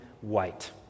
white